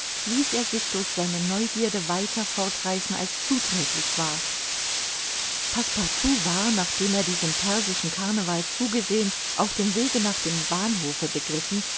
ließ er sich durch seine neugierde weiter fortreißen als zuträglich war passepartout war nachdem er diesem persischen carneval zugesehen auf dem wege nach dem bahnhofe begriffen